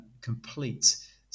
complete